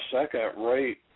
second-rate